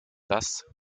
das